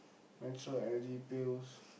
natural Energy Pills